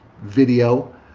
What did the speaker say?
video